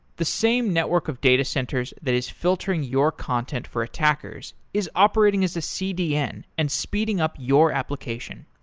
the same network of data centers that is filtering your content for attackers is operating as a cdn and speeding up your application.